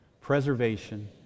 preservation